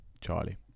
charlie